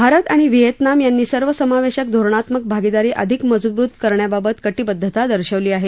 भारत आणि व्हिएतनाम यांनी सर्वसमावेशक धोरणात्मक भागीदारी अधिक मजबूत करण्याबाबत कटिबद्धता दर्शवली आहे